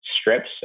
strips